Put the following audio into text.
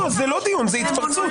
זה לא דיון, זה התפרצות.